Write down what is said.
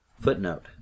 Footnote